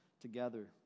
together